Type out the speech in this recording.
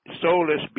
soulless